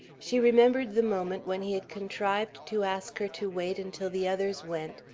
she remembered the moment when he had contrived to ask her to wait until the others went,